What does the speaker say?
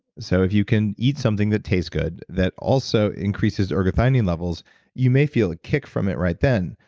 so, if you can eat something that tastes good that also increases ergotamine levels you may feel a kick from it right then,